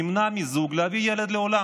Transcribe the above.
נמנע מזוג להביא ילד לעולם.